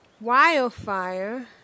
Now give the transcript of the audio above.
Wildfire